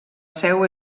seu